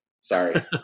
Sorry